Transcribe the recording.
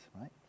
right